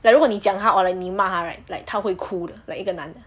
like 如果你讲他 or like 你骂他 right 他会哭的 like 一个男的